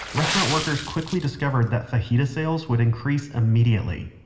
restaurant workers quickly discovered that fajita sales would increase immediately.